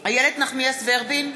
איילת נחמיאס ורבין,